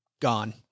gone